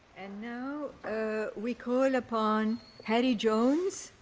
and now we call upon hari jones,